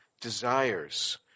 desires